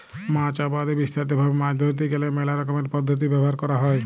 মাছ আবাদে বিস্তারিত ভাবে মাছ ধরতে গ্যালে মেলা রকমের পদ্ধতি ব্যবহার ক্যরা হ্যয়